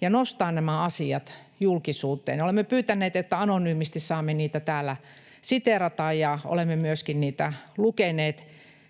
ja nostaa nämä asiat julkisuuteen. Olemme pyytäneet, että anonyymisti saamme niitä täällä siteerata, ja olemme myöskin niitä lukeneet